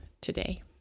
today